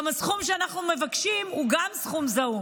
גם הסכום שאנחנו מבקשים הוא זעום,